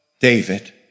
David